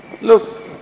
Look